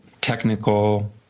technical